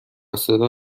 صدا